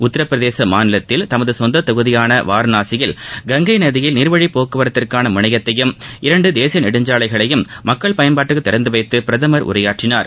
உத்திரபிரதேச மாநிலத்தில் தமது சொந்த தொகுதியான வாரணாசியில்கங்கை நதியில் நீர்வழிப் போக்குவரத்திற்கான முனையத்தையும் இரண்டு தேசிய நெடுஞ்சாலைகளையும் மக்கள் பயன்பாட்டுக்கு திறந்து வைத்து பிரதமர் உரையாற்றினார்